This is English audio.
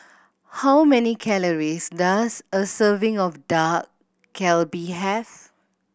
how many calories does a serving of Dak Galbi have